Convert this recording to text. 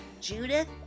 Judith